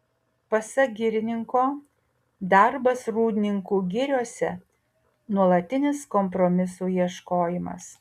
pasak girininko darbas rūdninkų giriose nuolatinis kompromisų ieškojimas